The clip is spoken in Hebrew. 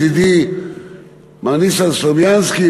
ידידי מר ניסן סלומינסקי,